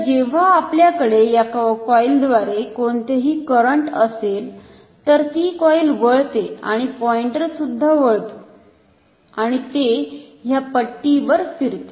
तर जेव्हा आपल्याकडे या कॉईलव्दारे कोणतेही करंट असेल तर ती कॉईल वळते आणि पॉईंटर सुद्धा वळतो आणि ते ह्या पट्टी वर फिरते